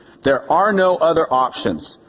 there are no other options,